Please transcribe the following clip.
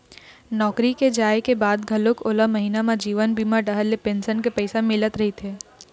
नौकरी के जाए के बाद घलोक ओला महिना म जीवन बीमा डहर ले पेंसन के पइसा मिलत रहिथे